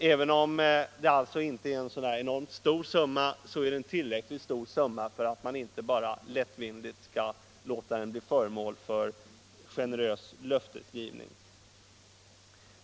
Även om summan inte är så enormt stor är den tillräckligt stor för att inte lättvindigt bli föremål för generös löftesgivning.